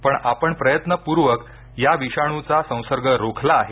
पण आपण प्रयत्नपूर्वक या विषाणूचा संसर्ग रोखला आहे